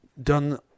done